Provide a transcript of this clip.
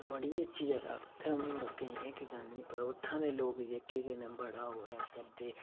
बड़ी अच्छी जगह उत्थै उ'नें लोकें गी इक्क गल्ल निं पता उत्थुआं दे लोक जेह्के न बड़ा ओह् करदे